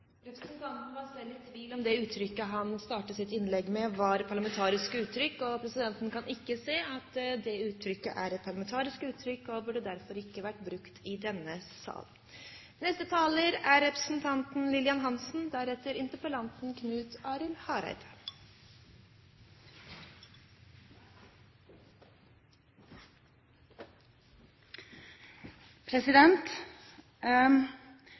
Representanten var selv i tvil om uttrykket han startet sitt innlegg med, var et parlamentarisk uttrykk. Presidenten kan ikke se at uttrykket er et parlamentarisk uttrykk og burde derfor ikke vært brukt i denne sal.